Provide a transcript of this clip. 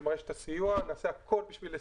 אין שאלה.